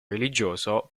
religioso